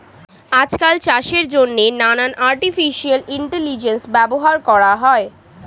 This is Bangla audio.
আজকাল চাষের জন্যে নানান আর্টিফিশিয়াল ইন্টেলিজেন্স ব্যবহার করা হয়